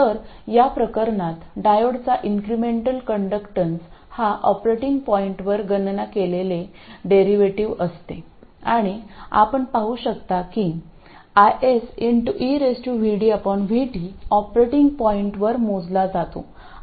तर या प्रकरणात डायोडचा इंक्रेमेंटल कण्डक्टन्स हा ऑपरेटिंग पॉईंटवर गणना केलेली डेरिव्हेटिव्ह असते आणि आपण पाहू शकता की IS eVdVt ऑपरेटिंग पॉईंटवर मोजला जातो